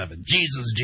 Jesus